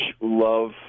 love